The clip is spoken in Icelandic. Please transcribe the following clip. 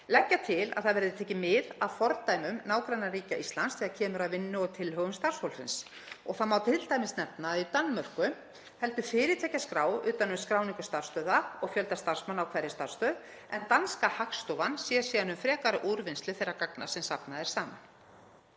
leggja til að það verði tekið mið af fordæmum nágrannaríkja Íslands þegar kemur að vinnu og tillögum starfshópsins. Það má t.d. nefna að í Danmörku heldur fyrirtækjaskrá utan um skráningu starfsstöðva og fjölda starfsmanna á hverri starfsstöð en danska Hagstofan sér síðan um frekari úrvinnslu þeirra gagna sem safnað er saman.